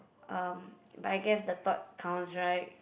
um but I guess the thought counts right